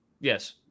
Yes